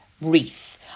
wreath